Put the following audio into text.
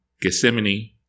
Gethsemane